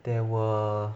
there were